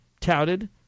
touted